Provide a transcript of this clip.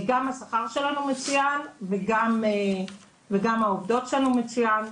גם השכר שלנו מצוין וגם העובדות שלנו מצוינות.